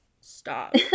stop